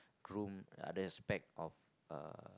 groom other aspect of uh